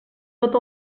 tot